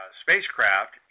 spacecraft